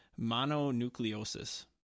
mononucleosis